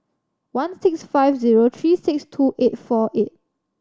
one six five zero three six two eight four eight